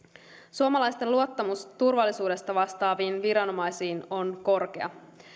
suomalaisten luottamus turvallisuudesta vastaaviin viranomaisiin on korkea